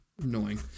Annoying